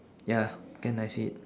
ya can I see it